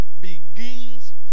begins